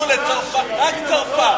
הוא רק לצרפת.